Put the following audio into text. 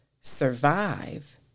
survive